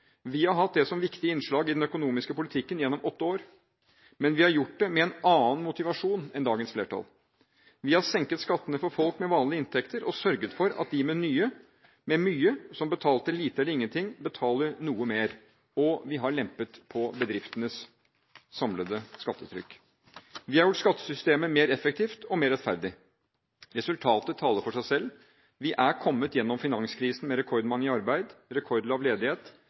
Vi har hatt det som viktige innslag i den økonomiske politikken gjennom åtte år, men vi har gjort det med en annen motivasjon enn dagens flertall. Vi har senket skattene for folk med vanlige inntekter og sørget for at de med mye – som betalte lite eller ingenting – betaler noe mer, og vi har lempet på bedriftenes samlede skattetrykk. Vi har gjort skattesystemet mer effektivt og mer rettferdig. Resultatet taler for seg selv: Vi er kommet igjennom finanskrisen med rekordmange i arbeid, rekordlav ledighet,